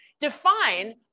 define